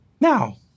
now